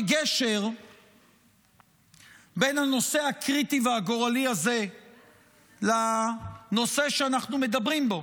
כגשר בין הנושא הקריטי והגורלי הזה לנושא שאנחנו מדברים בו,